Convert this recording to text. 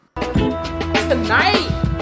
Tonight